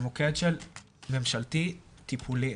הם מוקד ממשלתי טיפולי,